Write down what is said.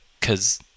cause